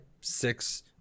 six